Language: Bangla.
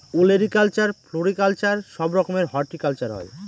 ওলেরিকালচার, ফ্লোরিকালচার সব রকমের হর্টিকালচার হয়